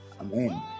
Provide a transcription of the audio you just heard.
Amen